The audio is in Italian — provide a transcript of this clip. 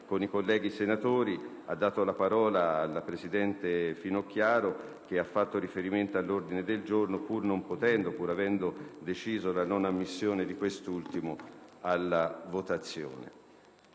con i colleghi senatori, ha dato la parola alla presidente Finocchiaro, che ha fatto riferimento all'ordine del giorno, pur non potendo avendo deciso la non ammissione di quest'ultimo alla votazione.